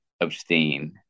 abstain